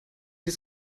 des